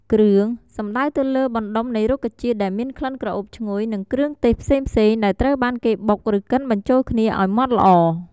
គ្រឿង សំដៅទៅលើបណ្តុំនៃរុក្ខជាតិដែលមានក្លិនក្រអូបឈ្ងុយ និងគ្រឿងទេសផ្សេងៗ ដែលត្រូវបានគេបុក ឬកិនបញ្ចូលគ្នា ឱ្យម៉ដ្តល្អ។